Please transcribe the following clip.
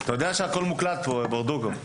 ברדוגו, אתה יודע שהכול מוקלט פה.